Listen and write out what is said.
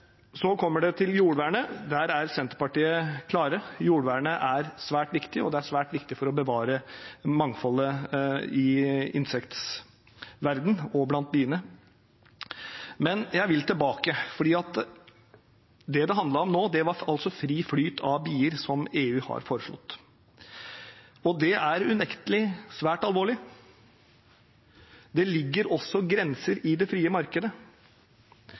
er svært viktig for å bevare mangfoldet i insektverdenen, også blant biene. Men jeg vil tilbake, for nå handlet det om fri flyt av bier, som EU har foreslått, og det er unektelig svært alvorlig. Det ligger også grenser i det frie markedet,